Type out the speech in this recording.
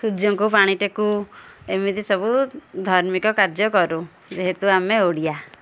ସୂର୍ଯ୍ୟଙ୍କୁ ପାଣି ଟେକୁ ଏମିତି ସବୁ ଧାର୍ମିକ କାର୍ଯ୍ୟ କରୁ ଯେହେତୁ ଆମେ ଓଡ଼ିଆ